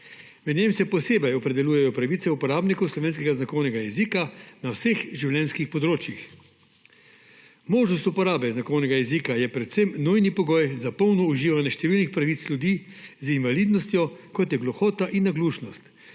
V njem se posebej opredeljujejo pravice uporabnikov slovenskega znakovnega jezika na vseh življenjskih področjih. Možnost uporabe znakovnega jezika je predvsem nujni pogoj za polno uživanje številnih pravic ljudi z invalidnostjo, kot je gluhota in naglušnost,